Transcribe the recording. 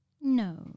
No